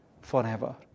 forever